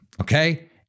okay